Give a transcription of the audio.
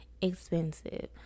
expensive